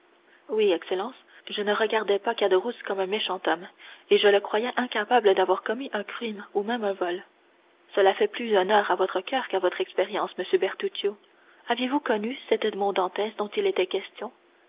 oui excellence je ne regardais pas caderousse comme un méchant homme et je le croyais incapable d'avoir commis un crime ou même un vol cela fait plus honneur à votre coeur qu'à votre expérience monsieur bertuccio aviez-vous connu cet edmond dantès dont il était question